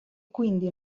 quindi